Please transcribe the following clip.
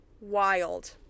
wild